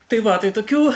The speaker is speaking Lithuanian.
tai va tai tokių